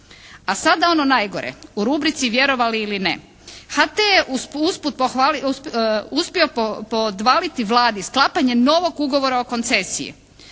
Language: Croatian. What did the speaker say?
A sada ono najgore. U rubrici vjerovali ili ne. HT je uspio podvaliti Vladi sklapanje novog ugovora o koncesiji.